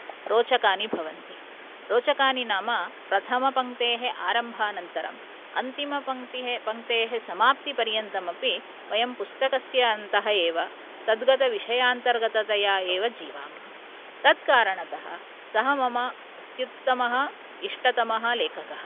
रोचकानि भवन्ति रोचकानि नाम प्रथमपङ्क्तेः आरम्भानन्तरम् अन्तिमपङ्क्तिः पङ्क्तेः समाप्ति पर्यन्तमपि वयं पुस्तकस्य अन्तः एव तद्गत विषयान्तर्गततया एव जीवामः तत्कारणतः सः मम अत्युत्तमः इष्टतमः लेखकः